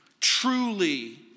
Truly